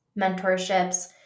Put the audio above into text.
mentorships